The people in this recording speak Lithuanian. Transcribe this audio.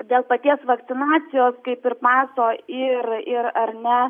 dėl paties vakcinacijos kaip ir paso ir ar ne